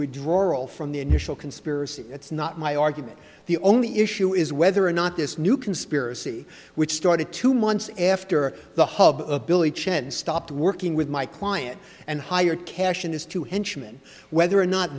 from the initial conspiracy that's not my argument the only issue is whether or not this new conspiracy which started two months after the hub of billy chen stopped working with my client and hired cash in his two henchmen whether or not